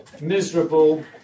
Miserable